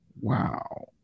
Wow